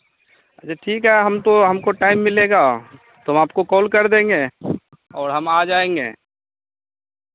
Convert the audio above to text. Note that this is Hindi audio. अच्छा ठीक है हम तो हमको टाइम मिलेगा तो हम आपको कॉल कर देंगे और हम आ जाएँगे